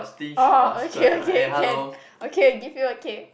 orh okay okay can okay give you okay